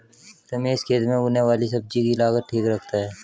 रमेश खेत में उगने वाली सब्जी की लागत ठीक रखता है